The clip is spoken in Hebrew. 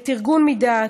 את ארגון "מדעת",